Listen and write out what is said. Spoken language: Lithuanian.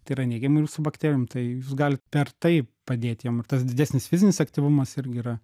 tai yra neigiama ir jūsų bakterijom tai jūs galit per tai padėt jom ir tas didesnis fizinis aktyvumas irgi yra